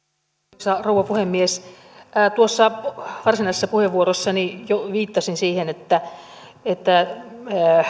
arvoisa rouva puhemies tuossa varsinaisessa puheenvuorossani jo viittasin siihen että että